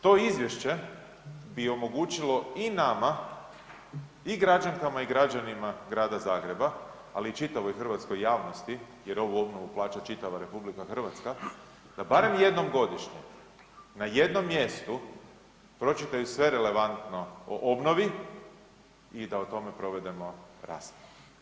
To izvješće bi omogućilo i nama i građankama i građanima Grada Zagreba, ali i čitavoj hrvatskoj javnosti jer ovu obnovu plaća čitava RH, da barem jednom godišnje na jednom mjestu pročitaju sve relevantno o obnovi i da o tome provedemo raspravu.